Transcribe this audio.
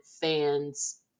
fans